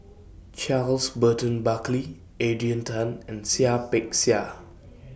Charles Burton Buckley Adrian Tan and Seah Peck Seah